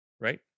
right